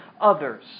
others